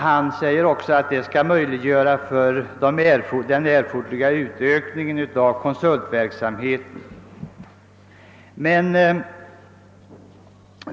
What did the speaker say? Han säger också att detta skall möjliggöra den erforderliga utökningen av konsultverksamheten.